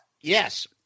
Yes